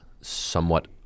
somewhat